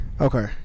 Okay